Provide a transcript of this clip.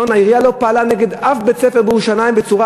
העירייה לא פעלה נגד אף בית-ספר בירושלים בצורה